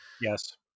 yes